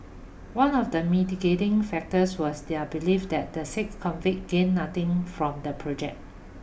one of the mitigating factors was their belief that the six convict gained nothing from the project